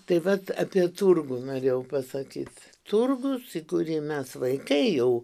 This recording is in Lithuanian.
tai vat apie turgų norėjau pasakyt turgus į kurį mes vaikai jau